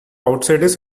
outsiders